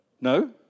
No